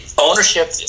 ownership